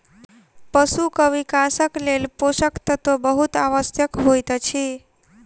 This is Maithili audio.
पशुक विकासक लेल पोषक तत्व बहुत आवश्यक होइत अछि